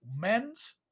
men's